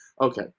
Okay